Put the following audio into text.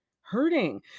hurting